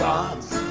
God's